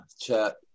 chat